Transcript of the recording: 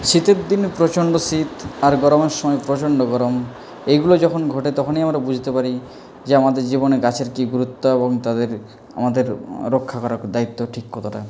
শীতের দিনে প্রচণ্ড শীত আর গরমের সময় প্রচণ্ড গরম এগুলি যখন ঘটে তখনই আমরা বুঝতে পারি যে আমাদের জীবনে গাছের কী গুরুত্ব এবং তাদের আমাদের রক্ষা করার দায়িত্ব ঠিক কতটা